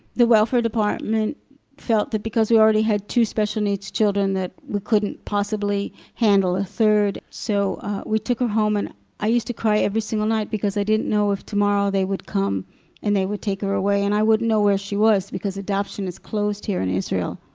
the welfare department felt that because we already had two special needs children that we couldn't possibly handle a third. so we took her home and i used to cry every single night because i didn't know if tomorrow they would come and they would take her away and i wouldn't know where she was, because adoption is closed here in israel.